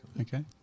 Okay